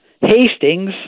Hastings